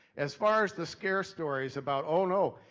as far as the scare stories about oh no,